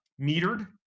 metered